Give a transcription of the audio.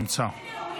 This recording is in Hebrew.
נמצא.